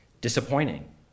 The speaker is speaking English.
disappointing